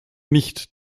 nicht